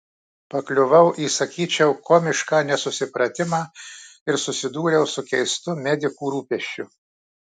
pakliuvau į sakyčiau komišką nesusipratimą ir susidūriau su keistu medikų rūpesčiu